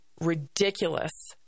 ridiculous